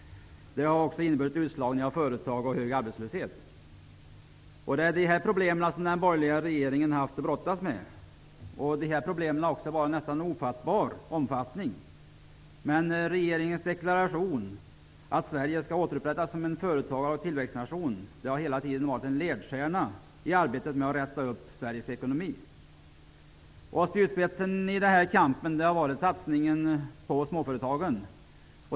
De har också inneburit utslagning av företag och en hög arbetslöshet. Dessa problem har den borgerliga regeringen haft att brottas med. Problemen har varit av en nästan ofattbar omfattning. Men regeringens deklaration att Sverige skall återupprättas som en företagaroch tillväxtnation har hela tiden varit en ledstjärna i arbetet med att räta upp Sveriges ekonomi. Spjutspetsen i denna kamp har varit satsningen på småföretagen.